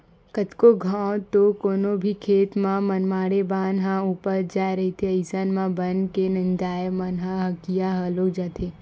कतको घांव तो कोनो भी खेत म मनमाड़े बन ह उपज जाय रहिथे अइसन म बन के नींदइया मन ह हकिया घलो जाथे